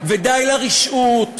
ודי לרשעות.